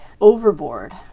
overboard